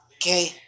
Okay